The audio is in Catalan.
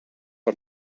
per